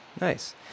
Nice